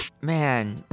man